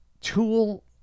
Tool